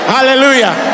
Hallelujah